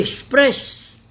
express